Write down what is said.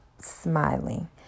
smiling